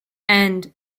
and